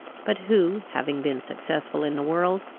but who, having been successful in the world,